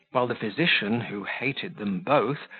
while the physician, who hated them both,